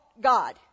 God